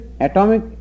atomic